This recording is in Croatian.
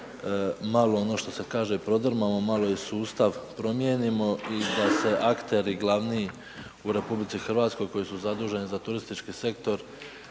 malo ono što se kaže prodrmamo, malo i sustav promijenimo i da se akteri glavni u RH koji su zaduženi za turistički sektor,